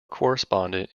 correspondent